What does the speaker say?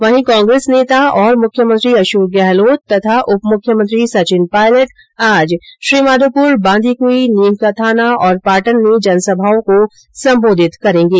वहीं कांग्रेस नेता और मुख्यमंत्री अशोक गहलोत तथा उपमुख्यमंत्री सचिन पायलट आज श्रीमाधोपुर बांदीकुई नीमकाथाना और पाटन में जनसभाओं को संबोधित करेंगे